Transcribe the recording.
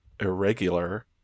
irregular